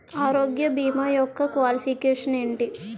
ఆరోగ్య భీమా యెక్క క్వాలిఫికేషన్ ఎంటి?